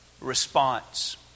response